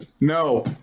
No